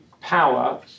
power